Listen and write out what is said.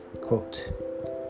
quote